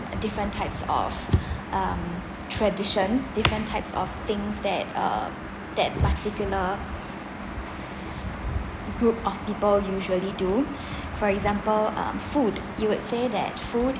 different types of um traditions different types of things that uh that particular group of people usually do for example um food you would say that food